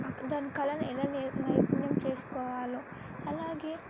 దాని కళలను ఎలా నైపుణ్యం చేసుకోవాలో అలాగే